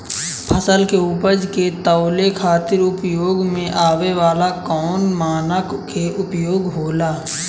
फसल के उपज के तौले खातिर उपयोग में आवे वाला कौन मानक के उपयोग होला?